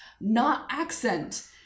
not-accent